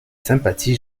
sympathies